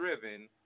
driven